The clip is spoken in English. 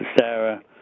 Sarah